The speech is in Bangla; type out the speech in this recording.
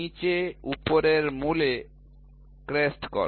নীচে উপরের মূলে ক্রেস্ট কর